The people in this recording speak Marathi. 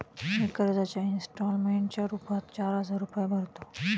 मी कर्जाच्या इंस्टॉलमेंटच्या रूपात चार हजार रुपये भरतो